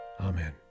Amen